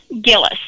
Gillis